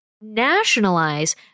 nationalize